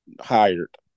hired